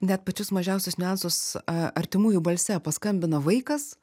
net pačius mažiausius niuansus artimųjų balse paskambina vaikas